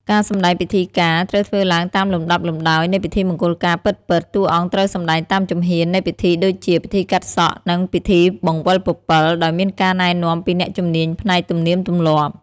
ការសម្ដែងពិធីការ ត្រូវធ្វើឡើងតាមលំដាប់លំដោយនៃពិធីមង្គលការពិតៗ។ តួអង្គត្រូវសម្តែងតាមជំហាននៃពិធីដូចជា ពិធីកាត់សក់ និង ពិធីបង្វិលពពិល ដោយមានការណែនាំពីអ្នកជំនាញផ្នែកទំនៀមទម្លាប់។